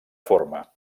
forma